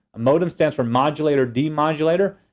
modem stands for modulator-demodulator,